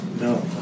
No